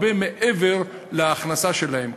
הרבה מעבר להכנסה שלהם,